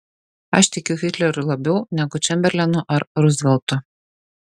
aš tikiu hitleriu labiau negu čemberlenu ar ruzveltu